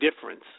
difference